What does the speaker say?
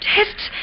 Tests